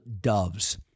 doves